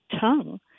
tongue